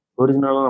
original